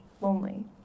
lonely